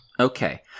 Okay